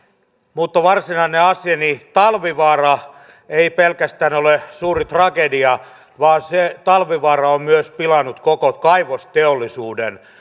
mutta varsinainen asiani talvivaara ei pelkästään ole suuri tragedia vaan talvivaara on myös pilannut koko kaivosteollisuuden